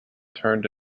turned